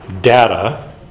data